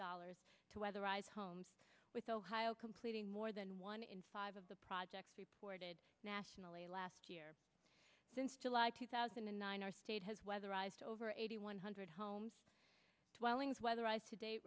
dollars to weatherize homes with ohio completing more than one in five of the projects reported nationally last year since july two thousand and nine our state has weatherized over eighty one hundred homes welling's weather